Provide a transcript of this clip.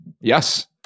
Yes